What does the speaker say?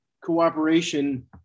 cooperation